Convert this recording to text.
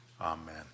Amen